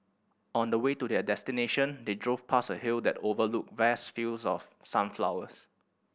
on the way to their destination they drove past a hill that overlooked vast fields of sunflowers